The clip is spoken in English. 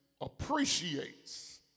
appreciates